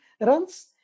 runs